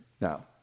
Now